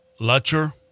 Lutcher